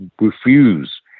refuse